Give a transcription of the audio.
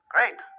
Great